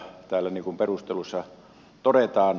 täällä perusteluissa todetaan